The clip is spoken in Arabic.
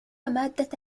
مادة